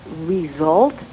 result